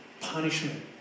punishment